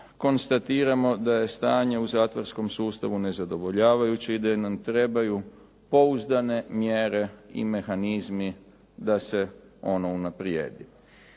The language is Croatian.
konstatiramo da je stanje u zatvorskom sustavu nezadovoljavajuće i da nam trebaju pouzdane mjere i mehanizmi da se ono unaprijedi.